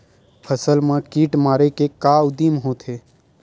फसल मा कीट मारे के का उदिम होथे?